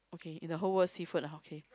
okay in the whole word seafood lah okay